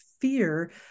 fear